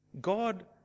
god